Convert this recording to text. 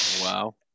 Wow